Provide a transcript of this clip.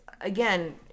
again